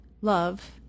love